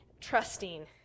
trusting